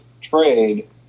trade